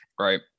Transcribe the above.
Right